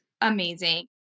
amazing